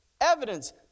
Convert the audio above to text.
evidence